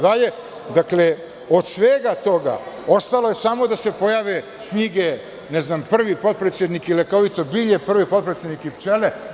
Dakle, od svega toga ostalo je samo da se pojave knjige – prvi potpredsednik i lekovito bilje, prvi potpredsednik i pčele.